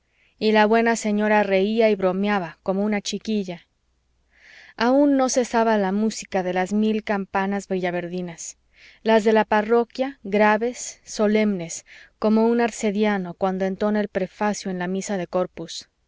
y la buena señora reía y bromeaba como una chiquilla aun no cesaba la música de las mil campanas villaverdinas las de la parroquia graves solemnes como un arcediano cuando entona el prefacio en la misa de corpus